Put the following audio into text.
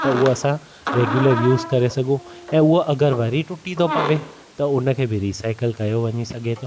त उहो असां रेगूलर यूस करे सघूं ऐं उहो अगरि वरी टूटी थो पवे त उन खे बि रीसाइकल कयो वञे सघे थो